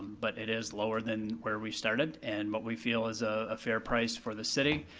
but it is lower than where we started and what we feel is ah a fair price for the city.